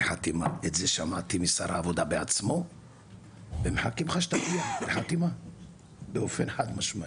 זה שמעתי משר העבודה בעצמו ומחכים לשר שיגיע באופן חד משמעי.